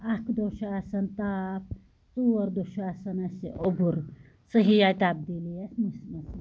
اکھ دۄہ چھُ آسان تاپھ ژور دۄہ چھِ آسان اسہِ اوٚبُر صحیٖح آیہِ تبدیٖلی اسہِ موسمس مَنٛز